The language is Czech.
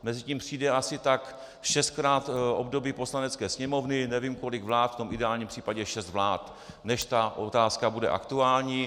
Mezitím přijde asi tak šestkrát období Poslanecké sněmovny, nevím, kolik vlád, v ideálním případě šest vlád, než ta otázka bude aktuální.